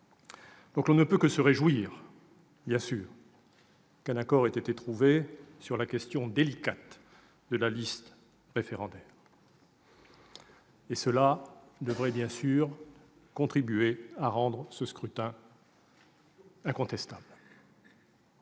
On ne peut que se réjouir, bien sûr, qu'un accord ait été trouvé sur la question délicate de la composition de la liste référendaire. Cela devrait contribuer à rendre ce scrutin incontestable.